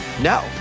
No